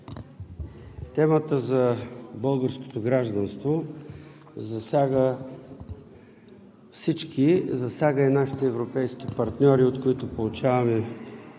Темата за българското гражданство засяга всички, засяга и нашите европейски партньори, от които получаваме